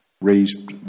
raised